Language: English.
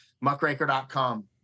muckraker.com